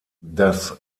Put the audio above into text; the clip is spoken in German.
das